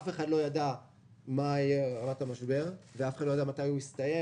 אף אחד לא ידע מה יהיה המשבר ואף אחד לא ידע מתי הוא יסתיים.